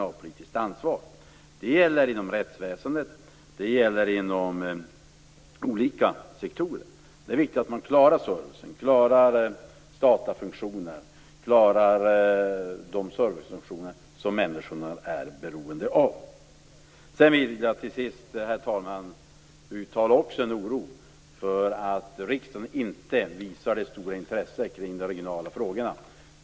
Det gäller både inom rättsväsendet och inom andra sektorer. Det är viktigt att man klarar datafunktioner och andra servicefunktioner som människorna är beroende av. Till sist, herr talman, vill jag också uttala en oro för att riksdagen inte visar ett särskilt stort intresse för de regionala frågorna.